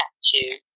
statue